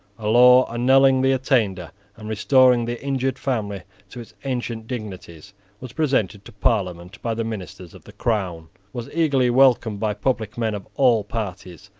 a law annulling the attainder and restoring the injured family to its ancient dignities was presented to parliament by the ministers of the crown, was eagerly welcomed by public men of all parties,